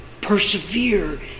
persevere